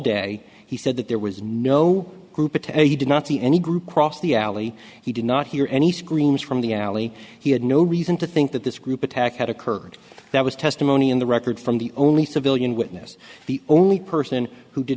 day he said that there was no group attack he did not see any group cross the alley he did not hear any screams from the alley he had no reason to think that this group attack had occurred that was testimony in the record from the only civilian witness the only person who did